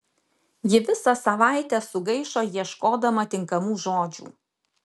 ji visą savaitę sugaišo ieškodama tinkamų žodžių